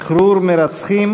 שחרור מרצחים